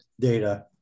data